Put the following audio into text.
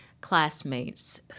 classmates